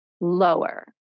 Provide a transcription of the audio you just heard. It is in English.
lower